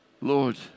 Lord